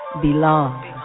belong